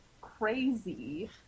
crazy